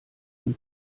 den